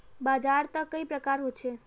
बाजार त कई प्रकार होचे?